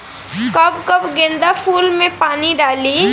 कब कब गेंदा फुल में पानी डाली?